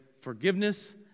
forgiveness